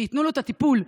שייתנו לו את הטיפול.